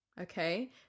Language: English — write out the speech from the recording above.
okay